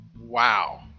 wow